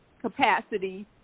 capacity